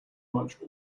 much